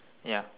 ya